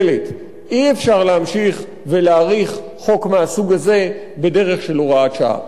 אי-אפשר להמשיך ולהאריך חוק מהסוג הזה בדרך של הוראת שעה.